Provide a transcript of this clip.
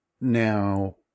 now